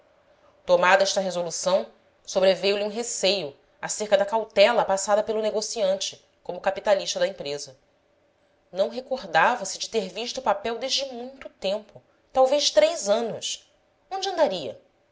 tomada esta resolução sobreveio lhe um receio acerca da cautela passada pelo negociante como capitalista da empresa não recordava se de ter visto o papel desde muito tempo talvez três anos onde andaria